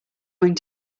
going